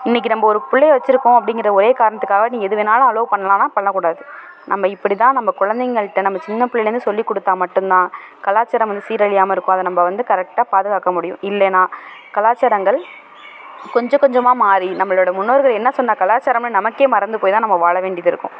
இன்னைக்கு நம்ம ஒரு பிள்ளையை வச்சுருக்கோம் அப்படிங்கிற ஒரே காரணத்துக்காக நீ எது வேண்ணாலும் அலோ பண்ணலானா பண்ண கூடாது நம்ம இப்படி தான் நம்ம குழந்தைகள்கிட்ட நம்ம சின்ன பிள்ளைலேந்து சொல்லிக் கொடுத்தா மட்டும் தான் கலாச்சாரம் வந்து சீரழியாமல் இருக்கும் அதை நம்ம வந்து கரெக்டா பாதுகாக்க முடியும் இல்லைனா கலாச்சாரங்கள் கொஞ்சம் கொஞ்சமாக மாறி நம்மளோட முன்னோர்கள் என்ன சொன்ன கலாச்சாரம்னு நமக்கே மறந்து போய் தான் நம்ம வாழ வேண்டியது இருக்கும்